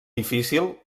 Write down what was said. difícil